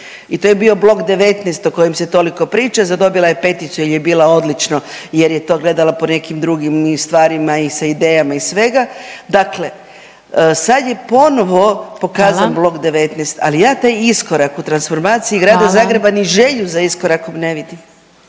i to je bio blok 19 o kojem se toliko priča, dobila je peticu jel je bila odlično jel je to gledala po nekim drugim stvarima i sa idejama i svega. Dakle, sad je ponovo pokazan …/Upadica Glasovac: Hvala./… blok 19, ali ja taj iskorak u transformaciji grada …/Upadica Glasovac: Hvala./… Zagreba ni želju za iskorakom ne vidim.